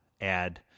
add